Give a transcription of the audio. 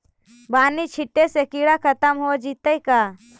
बानि छिटे से किड़ा खत्म हो जितै का?